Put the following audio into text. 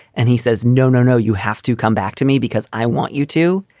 and he says, no, no, no, you have to come back to me because i want you to.